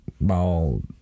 Ball